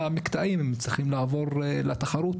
המקטעים צריכים לעבור לתחרות,